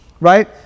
right